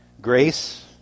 Grace